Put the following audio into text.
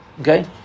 Okay